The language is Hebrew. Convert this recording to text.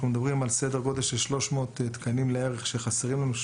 אנחנו מדברים על סדר גודל של 300 תקנים לערך שחסרים לנו.